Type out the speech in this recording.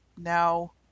now